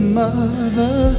mother